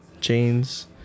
jeans